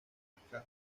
manhattan